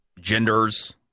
genders